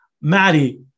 Maddie